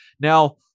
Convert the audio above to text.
Now